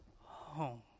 home